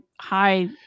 high